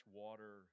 water